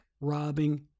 robbing